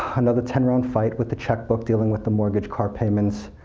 another ten round fight with the checkbook, dealing with the mortgage, car payments,